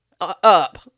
up